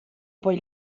poi